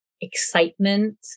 excitement